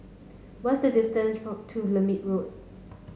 what's the distance to Lermit Road